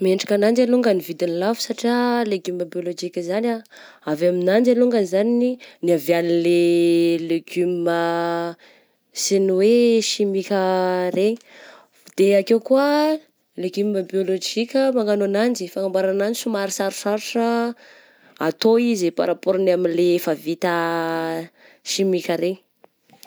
Mendrika ananjy alongany ny vidiny lafo satria legioma biôlojika zany ah avy amin'anjy alongany zany ny niavihagny le legioma sy ny hoe simika regny, de akeo koa legioma biôlojika magnano ananjy, fanamboarana ananjy somary sarosarotra atao izy par rapport ny aminy le efa vita simika regny.